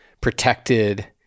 protected